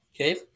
Okay